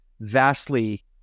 vastly